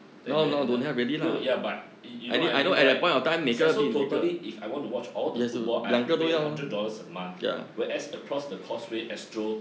then then another yo ya yo~ you know what I mean right ya so totally if I want all the football I have to pay hundred dollars a month whereas across the course way astro